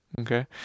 Okay